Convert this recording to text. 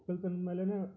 ಒಕ್ಕಲುತನದ ಮೇಲೆಯೇ